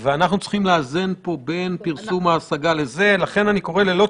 ויאושר על ידי היועץ המשפטי הוראות לעניין הגשת בקשה לקבלת